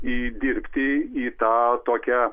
į dirbti į tą tokią